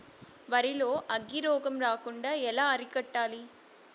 వరి లో అగ్గి రోగం రాకుండా ఎలా అరికట్టాలి?